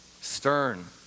stern